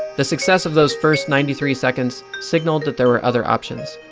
the success of those first ninety three seconds, signaled that there were other options.